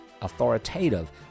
authoritative